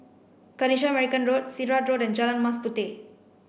Kanisha Marican Road Sirat Road and Jalan Mas Puteh